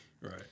Right